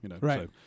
Right